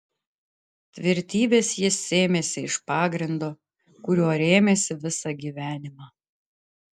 tvirtybės jis sėmėsi iš pagrindo kuriuo rėmėsi visą gyvenimą